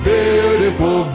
beautiful